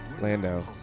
Lando